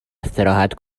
استراحت